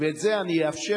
ואת זה אני אאפשר,